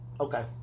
okay